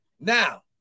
Now